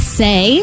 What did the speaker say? say